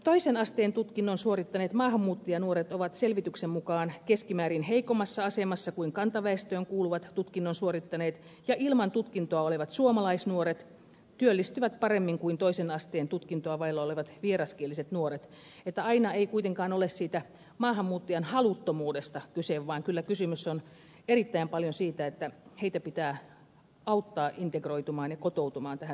toisen asteen tutkinnon suorittaneet maahanmuuttajanuoret ovat selvityksen mukaan keskimäärin heikommassa asemassa kuin kantaväestöön kuuluvat tutkinnon suorittaneet ja ilman tutkintoa olevat suomalaisnuoret työllistyvät paremmin kuin toisen asteen tutkintoa vailla olevat vieraskieliset nuoret niin että aina ei kuitenkaan ole siitä maahanmuuttajan haluttomuudesta kyse vaan kyllä kysymys on erittäin paljon siitä että heitä pitää auttaa integroitumaan ja kotoutumaan tähän suomalaiseen yhteiskuntaan